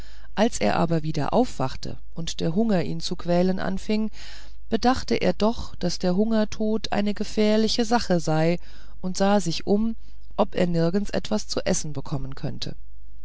als er aber wieder aufwachte und der hunger ihn zu quälen anfing bedachte er doch daß der hungertod eine gefährliche sache sei und sah sich um ob er nirgends etwas zu essen bekommen könnte